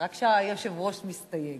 רק כשהיושב-ראש מסתייג.